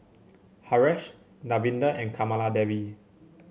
Haresh Davinder and Kamaladevi